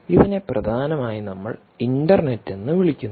ഇതിനെ പ്രധാനമായും നമ്മൾ ഇന്റർനെറ്റ് എന്ന് വിളിക്കുന്നു